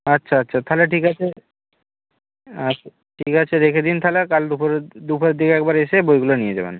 আচ্ছা আচ্ছা তাহলে ঠিক আছে আচ্ছা ঠিক আছে রেখে দিন তাহলে আর কাল দুপুরের দুপুরের দিকে একবার এসে বইগুলো নিয়ে যাবেন